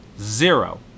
Zero